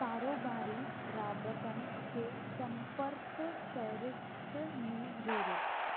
कारोबारी राबतनि खे संपर्कु फ़हिरिस्त में जोड़ियो